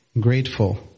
grateful